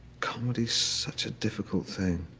comedy's such a difficult thing.